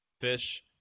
fish